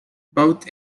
both